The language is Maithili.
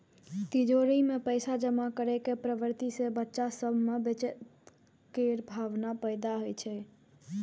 तिजौरी मे पैसा जमा करै के प्रवृत्ति सं बच्चा सभ मे बचत केर भावना पैदा होइ छै